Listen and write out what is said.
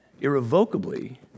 irrevocably